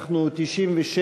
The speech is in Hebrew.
96,